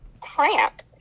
cramp